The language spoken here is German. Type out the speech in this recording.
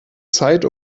zeit